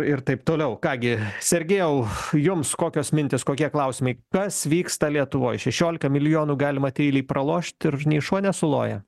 ir taip toliau ką gi sergėjau jums kokios mintys kokie klausimai kas vyksta lietuvoj šešiolika milijonų galima tyliai pralošt ir nei šuo nesuloja